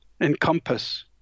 Encompass